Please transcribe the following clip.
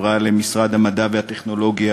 עברה למשרד המדע והטכנולוגיה,